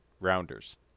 Rounders